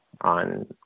on